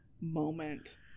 moment